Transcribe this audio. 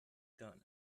done